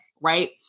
Right